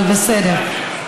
אבל בסדר.